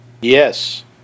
Yes